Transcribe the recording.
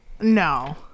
No